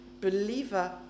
believer